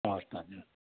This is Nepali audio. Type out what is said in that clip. हवस् धन्यवाद